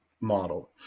model